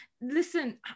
listen